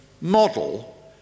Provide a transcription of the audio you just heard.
model